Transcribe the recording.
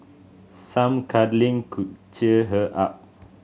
some cuddling could cheer her up